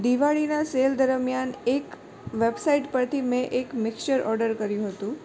દિવાળીના સેલ દરમ્યાન એક વેબસાઇટ પરથી મેં એક મિક્સર ઓર્ડર કહ્યું હતું